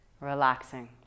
Relaxing